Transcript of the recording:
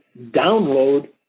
download